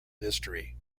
history